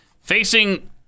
Facing